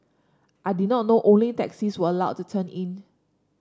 I did not know only taxis were allowed to turn in